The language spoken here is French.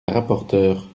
rapporteure